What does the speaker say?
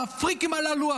הפריקים הללו,